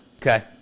Okay